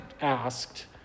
asked